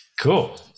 Cool